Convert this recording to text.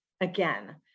again